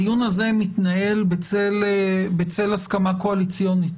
הדיון הזה מתנהל בצל הסכמה קואליציונית,